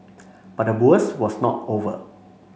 but the worst was not over